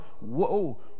Whoa